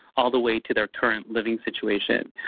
all the way to their current living situation.